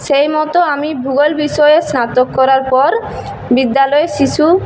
সেই মতো আমি ভূগোল বিষয়ে স্নাতক করার পর বিদ্যালয়ে শিশু